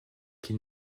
qu’il